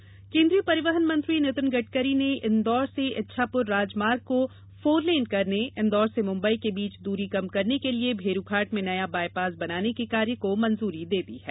गडकरी केन्द्रीय परिवहन मंत्री नितिन गडकरी ने इंदौर से इच्छापुर राजमार्ग को फोरलेन करने इंदौर से मुंबई के बीच दूरी कम करने के लिए भेरुघाट में नया बायपास बनाने के कार्य को मंजूरी दे दी है